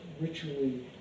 ritually